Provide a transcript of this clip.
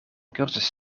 cursus